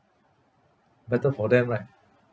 better for them right